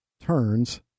turns